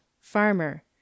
farmer